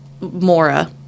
Mora